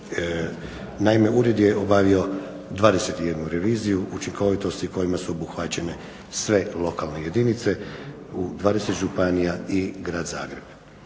Naime, ured je obavio 21 reviziju učinkovitosti kojima su obuhvaćene sve lokalne jedinice u 20 županija i Grad Zagreb.